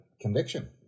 conviction